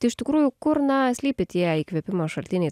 tai iš tikrųjų kur na slypi tie įkvėpimo šaltiniai